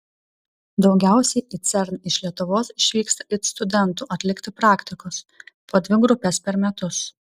daugiausiai į cern iš lietuvos išvyksta it studentų atlikti praktikos po dvi grupes per metus